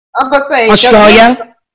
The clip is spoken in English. australia